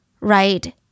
Right